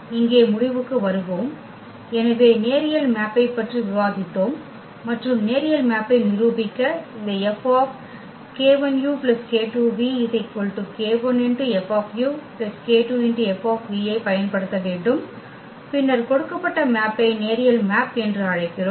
இங்கே முடிவுக்கு வருவோம் எனவே நேரியல் மேப்பை பற்றி விவாதித்தோம் மற்றும் நேரியல் மேப்பை நிரூபிக்க இந்த F k1u k2v k1F k2F ஐப் பயன்படுத்த வேண்டும் பின்னர் கொடுக்கப்பட்ட மேப்பை நேரியல் மேப் என்று அழைக்கிறோம்